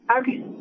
Okay